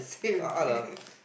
art art ah